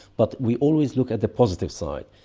but we always look at the positive side.